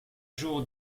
jour